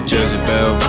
Jezebel